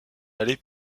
aller